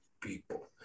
people